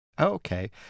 Okay